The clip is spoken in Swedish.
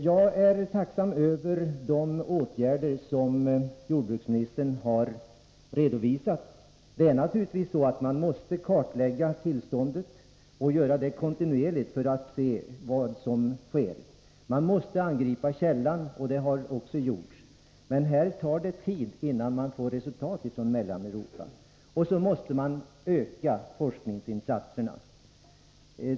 Jag är tacksam för att de åtgärder vidtagits som jordbruksministern redovisade. Det är naturligtvis så att man måste kartlägga tillståndet, och göra detta kontinuerligt, för att se vad som sker. Man måste angripa källan, och det har också gjorts. Men det tar tid innan man får resultat från Mellaneuropa. Vidare måste man öka forskningsinsatserna.